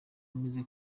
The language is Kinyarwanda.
ameze